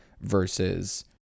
versus